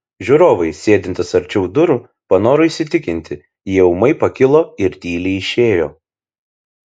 žiūrovai sėdintys arčiau durų panoro įsitikinti jie ūmai pakilo ir tyliai išėjo